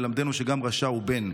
ללמדנו שגם רשע הוא בן,